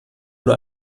nur